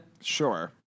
Sure